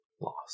lost